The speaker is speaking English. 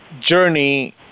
journey